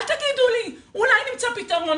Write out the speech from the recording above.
אל תגידו לי 'אולי נמצא פתרון'.